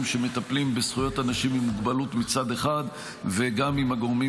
שמטפלים בזכויות אנשים עם מוגבלות מצד אחד וגם עם הגורמים